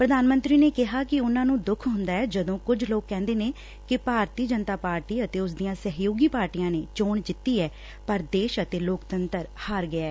ਪ੍ਰਧਾਨ ਮੰਤਰੀ ਨੇ ਕਿਹਾ ਕਿ ਉਨਾਂ ਨੂੰ ਦੱਖ ਹੂੰਦੈ ਜਦੋਂ ਕੁਝ ਲੋਕੀ ਕਹਿੰਦੇ ਨੇ ਕਿ ਭਾਰਤੀ ਜਨਤਾ ਪਾਰਟੀ ਅਤੇ ਉਸ ਦੀਆਂ ਸਹਿਯੋਗੀ ਪਾਰਟੀਆਂ ਨੇ ਚੋਣ ਜਿੱਤੀ ਐ ਪਰ ਦੇਸ਼ ਅਤੇ ਲੋਕਤੰਤਰ ਹਾਰ ਗਿਐ